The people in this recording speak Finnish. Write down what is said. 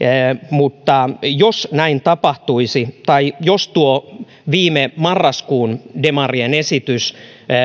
mutta jos näin tapahtuisi tai jos toteutuisi tuo viime marraskuun demarien esitys